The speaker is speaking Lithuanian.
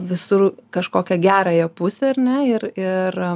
visur kažkokią gerąją pusę ar ne ir ir